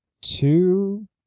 two